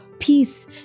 peace